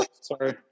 sorry